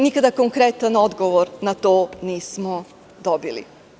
Nikada konkretan odgovor na to nismo dobili.